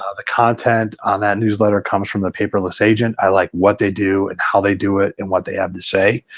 ah the content on that newsletter comes from the paperless agent. i like what they do and how they do it and what they have to say.